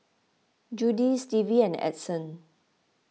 Judie Stevie and Edson